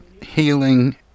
healing